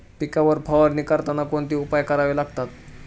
पिकांवर फवारणी करताना कोणते उपाय करावे लागतात?